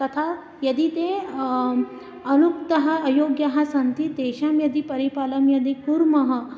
तथा यदि ते अनुक्ताः अयोग्याः सन्ति तेषां यदि परिपालनं यदि कुर्मः